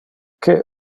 que